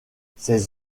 ses